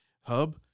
hub